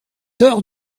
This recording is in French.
heures